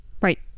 Right